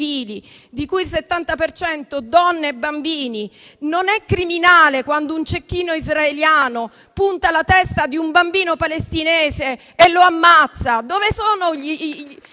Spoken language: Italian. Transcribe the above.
di cui il 70 per cento donne e bambini. Non è criminale quando un cecchino israeliano punta alla testa di un bambino palestinese e lo ammazza?